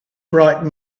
bright